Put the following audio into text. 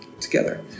together